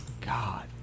God